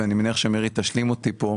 ואני מניח שמירי תשלים אותי פה.